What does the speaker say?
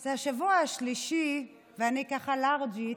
זה השבוע השלישי, ואני לארג'ית,